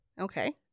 Okay